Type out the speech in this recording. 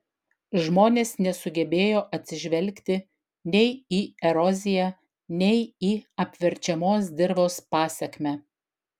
žmonės nesugebėjo atsižvelgti nei į eroziją nei į apverčiamos dirvos pasekmę